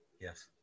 yes